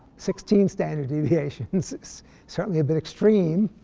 sixteen standard deviations is certainly a bit extreme.